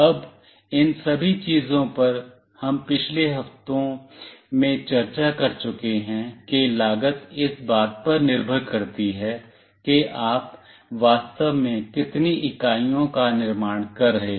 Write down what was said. अब इन सभी चीजों पर हम पिछले हफ्तों में चर्चा कर चुके हैं कि लागत इस बात पर निर्भर करती है कि आप वास्तव में कितनी इकाइयों का निर्माण कर रहे हैं